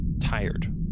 tired